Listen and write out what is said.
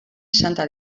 santa